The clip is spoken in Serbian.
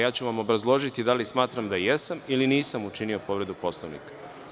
Ja ću vam obrazložiti da li smatram da jesam ili nisam učinio povredu Poslovnika.